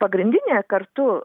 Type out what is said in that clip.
bet pagrindinė kartu